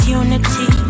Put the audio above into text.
unity